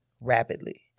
rapidly